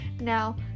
Now